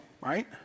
Right